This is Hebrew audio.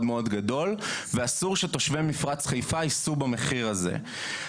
גדול ואסור שתושבי מפרץ חיפה יישאו במחיר הזה.